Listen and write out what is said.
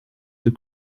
the